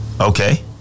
Okay